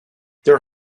their